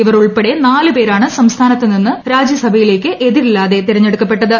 ഇവർ ഉൾപ്പെടെ നാല് പേരാണ് സംസ്ഥാനത്തുനിന്ന് രാജ്യസഭയിലേക്ക് എതിരില്ലാതെ തെരഞ്ഞെടുക്കപ്പെട്ടത്